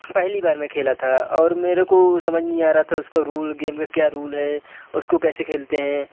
पहली बार मैं खेला था और मेरे को समझ नहीं आ रहा था उसका रूल गेम में क्या रूल है और उसको कैसे खेलते हैं